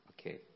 Okay